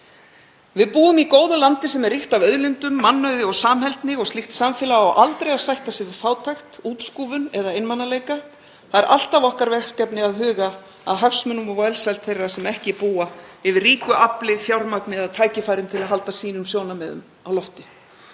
Við búum í góðu landi sem er ríkt af auðlindum og mannauði og samheldni og slíkt samfélag á aldrei að sætta sig við fátækt, útskúfun eða einmanaleika. Það er alltaf okkar verkefni að huga að hagsmunum og velsæld þeirra sem ekki búa yfir ríku afli, fjármagni eða tækifærum til að halda sínum sjónarmiðum á lofti.